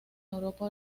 europa